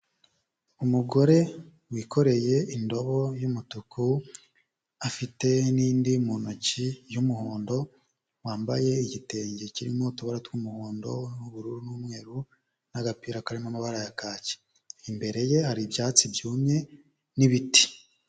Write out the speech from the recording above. Umugore wikoreye indobo y'umutuku, afite n'indi mu ntoki y'umuhondo, wambaye igitenge kirimo utubara tw'umuhondo n'ubururu n'umweru n'agapira karimo amabara ya kacye. Imbere ye hari ibyatsi byumye n'ibiti.